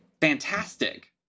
Fantastic